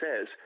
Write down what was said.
says